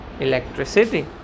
electricity